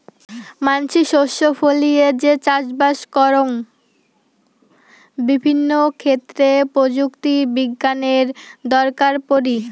মানসি শস্য ফলিয়ে যে চাষবাস করং বিভিন্ন ক্ষেত্রে প্রযুক্তি বিজ্ঞানের দরকার পড়ি